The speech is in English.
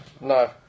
no